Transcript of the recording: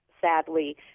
sadly